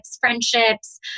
friendships